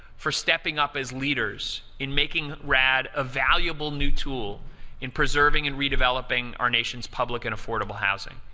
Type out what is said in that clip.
for stepping up as leaders in making rad a valuable new tool in preserving and redeveloping our nation's public and affordable housing.